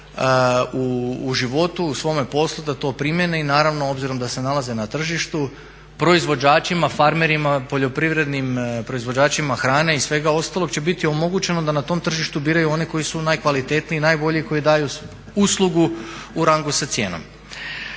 u životu, u svome poslu da to primijene i naravno obzirom da se nalaze na tržištu proizvođačima, farmerima, poljoprivrednim proizvođačima hrane i svega ostalog će biti omogućeno da na tom tržištu biraju one koji su najkvalitetniji i najbolji koji daju uslugu u rangu sa cijenom.